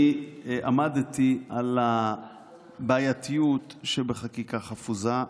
אני עמדתי על הבעייתיות שבחקיקה חפוזה.